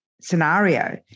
scenario